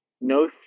no